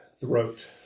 throat